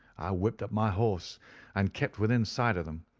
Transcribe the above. i whipped up my horse and kept within sight of them,